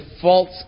false